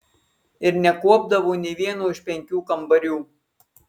ir nekuopdavo nė vieno iš penkių kambarių